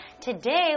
Today